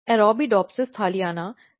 Arabidopsis thaliana एक लंबा दिन प्लांट है